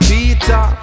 Peter